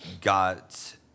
got